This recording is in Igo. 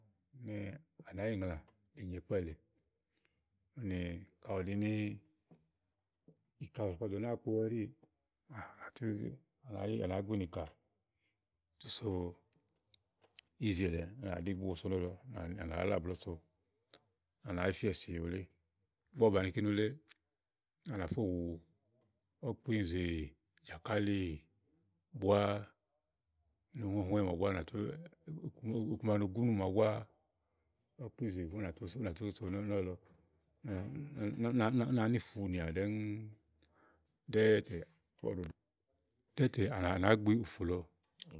tè à nà yi ŋlàá nyo ikpɛ̀ lée. Ùni Kàɖi ù ɖini ìkà bɔ̀sì ɔwɛ ɖò nàá kpo ɛɖíí ùni à nà gbìni ikà so ízi èle uni à nà nì bùwo so nɔ̀lɔ̀ ànà le àblɔ̀ɔ so nɔ̀lɔ, à nà fiesi ulé, Igbo ɔwɛ bàni kini ulé ùni à nà fò wu ɔ̀kpinzè, Jàkàlì bùà nì iku màa no gùnu fɛ̀ŋfɛ mà àɖu bùà ùni ànà tù so nɔlɔ ùni ùnàá ní fu nìà ɖɛ̀ɛ̀ tè à nà gbi ùfù lɔ.